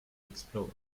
explorer